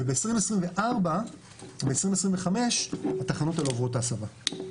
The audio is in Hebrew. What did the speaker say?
וב-2024 ו-2025 התחנות האלה עוברות את ההסבה.